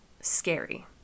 scary